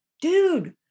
Dude